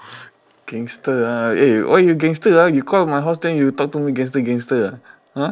gangster ah eh why you gangster ah you call my house then you talk to me gangster gangster ah !huh!